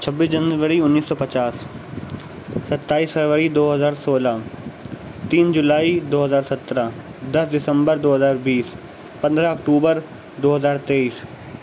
چھبیس جنوری انیس سو پچاس ستائیس فروری دو ہزار سولہ تین جولائی دو ہزار سترہ دس دسمبر دو ہزار بیس پندرہ اکٹوبر دو ہزار تیئیس